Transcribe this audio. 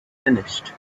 finished